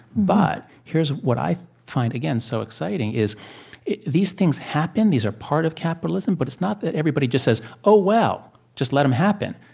but here's what i find, again, so exciting, is these things happen, these are part of capitalism, but it's not that everybody just says, oh, well, just let them happen.